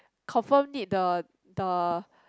confirm need the the